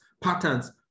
patterns